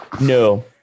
No